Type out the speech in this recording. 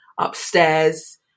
upstairs